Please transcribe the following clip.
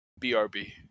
Brb